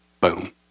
Boom